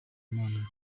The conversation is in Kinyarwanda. imana